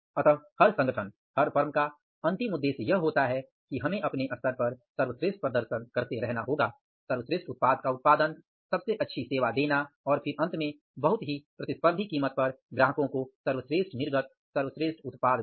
अतः हर संगठन हर फर्म का अंतिम उद्देश्य यह होता है कि हमें अपने स्तर पर सर्वश्रेष्ठ प्रदर्शन करते रहना होगा सर्वश्रेष्ठ उत्पाद का उत्पादन सबसे अच्छी सेवा देना और फिर अंत में बहुत ही प्रतिस्पर्धी कीमत पर ग्राहकों को सर्वश्रेष्ठ निर्गत सर्वश्रेष्ठ उत्पाद देना